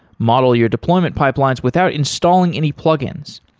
model your deployment pipelines without installing any plug-ins.